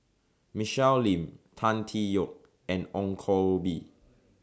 Michelle Lim Tan Tee Yoke and Ong Koh Bee